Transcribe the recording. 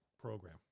program